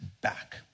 back